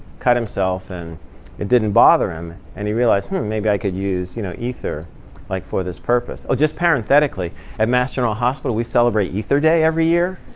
cut himself, and it didn't bother him. and he realized, hmm, maybe i could use you know ether like for this purpose. oh, just parenthetically at mass general hospital we celebrate ether day every year.